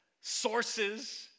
sources